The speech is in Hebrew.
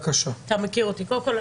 קודם כל,